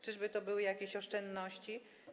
Czyżby to były jakieś oszczędności?